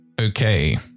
Okay